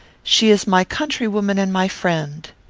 she is my countrywoman and my friend.